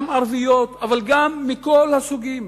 גם ערביות אבל גם מכל הסוגים,